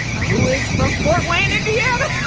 who is from fort wayne, indiana.